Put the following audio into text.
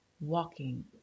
walking